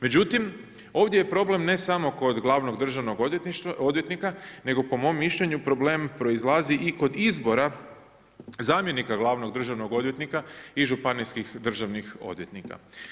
Međutim, ovdje je problem ne samo kod glavnog državnog odvjetnika, nego po mom mišljenju problem proizlazi i kod izbora zamjenika glavnog državnog odvjetnika i županijskih državnih odvjetnika.